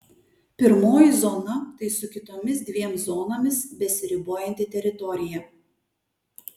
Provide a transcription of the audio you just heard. pirmoji zona tai su kitomis dviem zonomis besiribojanti teritorija